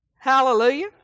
Hallelujah